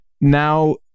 now